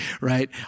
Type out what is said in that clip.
right